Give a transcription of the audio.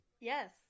Yes